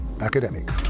academic